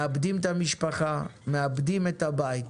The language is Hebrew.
מאבדים את המשפחה, מאבדים את הבית.